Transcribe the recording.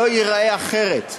שלא ייראה אחרת.